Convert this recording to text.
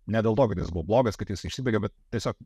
ne dėl to kad jis buvo blogas kad jis išsibaigė bet tiesiog